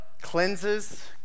cleanses